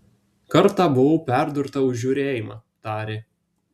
kartą buvau perdurta už žiūrėjimą tarė